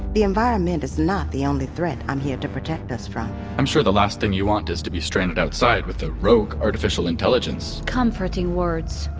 the environment is not the only threat i'm here to protect us from i'm sure the last thing you want is to be stranded outside with a rogue artificial intelligence comforting words.